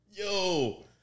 Yo